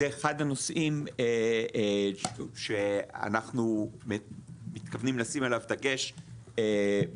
זה אחד הנושאים שאנחנו מתכוונים לשים עליו דגש בתוכנית